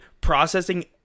processing